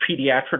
pediatric